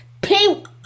pink